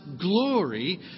glory